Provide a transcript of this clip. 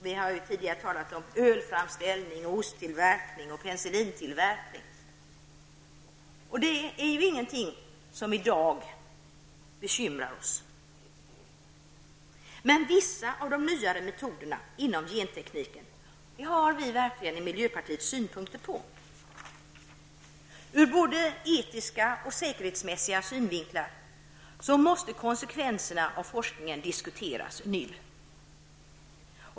Vi har tidigare talat om ölframställning, osttillverkning och penicillintillverkning. Detta är inget som bekymrar oss i dag. Men vissa av de nyare metoderna inom gentekniken har vi i miljöpartiet verkligen synpunkter på. Ur både etiska och säkerhetsmässiga synvinklar måste konsekvenserna av forskningen nu diskuteras.